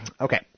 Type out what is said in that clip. Okay